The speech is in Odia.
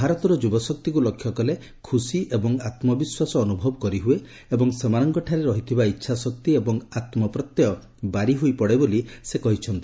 ଭାରତର ଯୁବଶକ୍ତିକୁ ଲକ୍ଷ୍ୟକଲେ ଖୁସି ଏବଂ ଆମ୍ବିଶ୍ୱାସ ଅନୁଭବ କରିହୁଏ ଏବଂ ସେମାନଙ୍କ ଠାରେ ରହିଥିବା ଇଚ୍ଛାଶକ୍ତି ଏବଂ ଆତ୍ମପ୍ରତ୍ୟୟ ବାରି ହୋଇ ପଡେ ବୋଲି ସେ କହିଛନ୍ତି